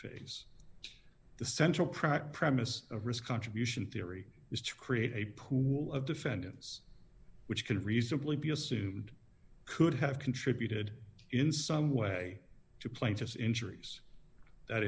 phase the central prac premise of risk contribution theory is to create a pool of defendants which can reasonably be assumed could have contributed in some way to plaintiffs injuries that